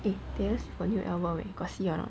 eh spot you at got see or not